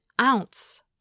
ounce